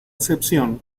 excepción